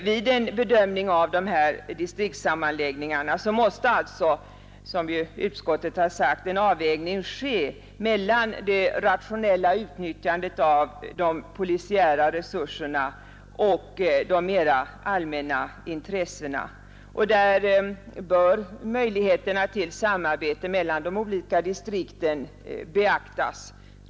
Vid en bedömning av dessa distriktssammanläggningar måste alltså, som utskottet sagt, en avvägning ske mellan det rationella utnyttjandet av de polisiära resurserna och de mera allmänna intressena, och där bör möjligheterna till samarbete mellan de olika distrikten beaktas.